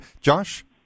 Josh